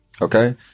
Okay